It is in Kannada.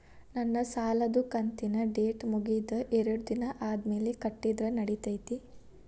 ನನ್ನ ಸಾಲದು ಕಂತಿನ ಡೇಟ್ ಮುಗಿದ ಎರಡು ದಿನ ಆದ್ಮೇಲೆ ಕಟ್ಟಿದರ ನಡಿತೈತಿ?